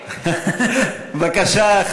בבקשה,